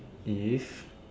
if